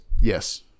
Yes